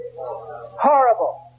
Horrible